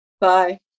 Bye